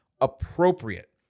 appropriate